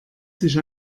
sich